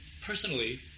personally